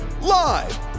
Live